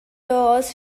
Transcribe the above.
was